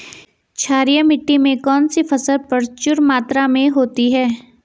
क्षारीय मिट्टी में कौन सी फसल प्रचुर मात्रा में होती है?